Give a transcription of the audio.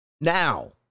now